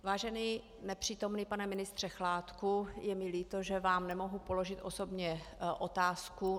Vážený nepřítomný pane ministře Chládku, je mi líto, že vám nemohu položit osobně otázku.